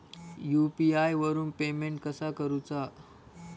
UPI वरून payment कसा करूचा?